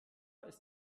ist